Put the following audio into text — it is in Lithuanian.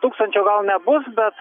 tūkstančio gal nebus bet